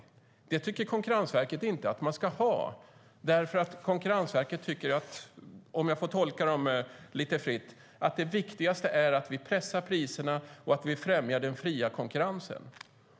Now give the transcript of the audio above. Den regeln tycker Konkurrensverket inte att man ska ha, för Konkurrensverket tycker - om jag tillåts tolka det lite fritt - att det viktigaste är att pressa priserna och främja den fria konkurrensen.